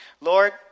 Lord